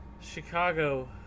Chicago